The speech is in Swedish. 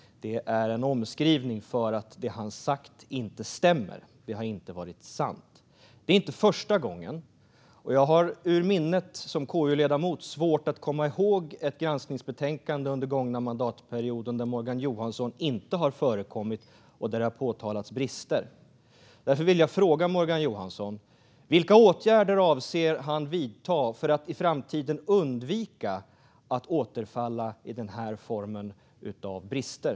Det är en omskrivning för att det som han har sagt inte stämmer. Det har inte varit sant. Det är inte första gången. Jag har som KU-ledamot svårt att komma ihåg ett granskningsbetänkande under den gångna mandatperioden där Morgan Johansson inte har förekommit och där det inte har påtalats brister. Därför vill jag fråga Morgan Johansson: Vilka åtgärder avser han att vidta för att i framtiden undvika att återfalla i den här formen av brister?